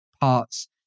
parts